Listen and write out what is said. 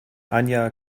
anja